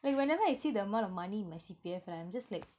like whenever I see the amount of money in my C_P_F right I'm just like